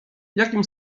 jakim